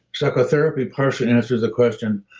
psychotherapy partially answers the question,